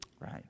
Right